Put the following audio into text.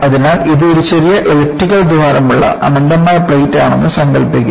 അതിനാൽ ഇത് ഒരു ചെറിയ എലിപ്റ്റിക്കൽ ദ്വാരമുള്ള അനന്തമായ പ്ലേറ്റാണെന്ന് സങ്കൽപ്പിക്കുക